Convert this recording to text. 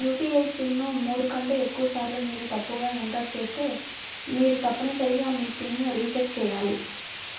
UPI PIN ను మూడు కంటే ఎక్కువసార్లు మీరు తప్పుగా ఎంటర్ చేస్తే మీరు తప్పనిసరిగా మీ పిన్ ను రీసెట్ చేయాలి